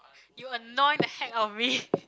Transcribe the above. you annoy the heck of me